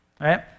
right